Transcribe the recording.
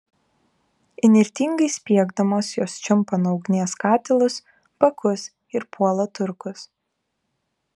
įnirtingai spiegdamos jos čiumpa nuo ugnies katilus bakus ir puola turkus